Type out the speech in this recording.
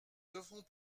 devront